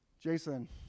Jason